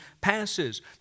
passes